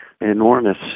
enormous